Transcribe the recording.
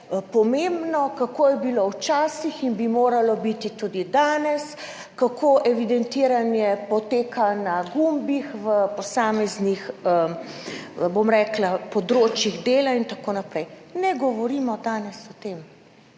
kako je bilo včasih in bi moralo biti tudi danes, kako evidentiranje poteka na gumbih v posameznih, bom rekla področjih dela in tako naprej. Ne govorimo danes o tem,